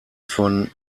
von